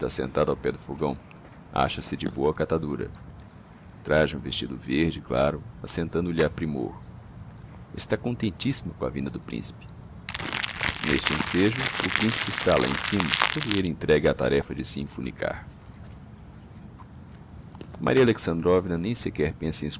sentada ao pé do fogão acha-se de boa catadura traja um vestido verde claro assentando lhe a primor está contentissima com a vinda do principe n'este ensejo o principe está lá em cima todo elle entregue á tarefa de se infunicar maria alexandrovna nem sequer pensa em